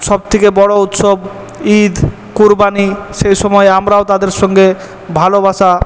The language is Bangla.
সব থেকে বড়ো উৎসব ঈদ কুরবানি সেই সময় আমরাও তাদের সঙ্গে ভালোবাসা